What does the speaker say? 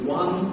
one